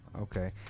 okay